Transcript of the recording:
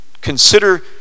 consider